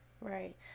right